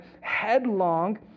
headlong